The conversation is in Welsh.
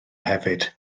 hefyd